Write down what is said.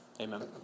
Amen